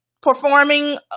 performing